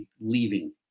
leaving